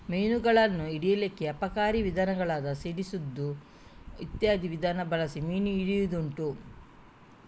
ಮೀನುಗಳನ್ನ ಹಿಡೀಲಿಕ್ಕೆ ಅಪಾಯಕಾರಿ ವಿಧಾನಗಳಾದ ಸಿಡಿಸುದು ಇತ್ಯಾದಿ ವಿಧಾನ ಬಳಸಿ ಮೀನು ಹಿಡಿಯುದುಂಟು